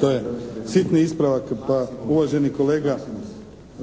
To je sitni ispravak. Pa uvaženi kolega